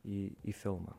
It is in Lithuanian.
į į filmą